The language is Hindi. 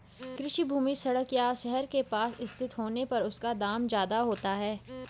कृषि भूमि सड़क या शहर के पास स्थित होने पर उसका दाम ज्यादा होता है